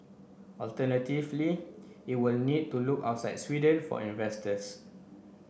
alternatively it will need to look outside Sweden for investors